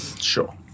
Sure